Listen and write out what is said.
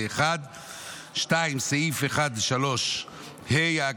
2. סעיף 1(3)(ה),